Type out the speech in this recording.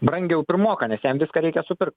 brangiau pirmoką nes jam viską reikia supirkt